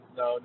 no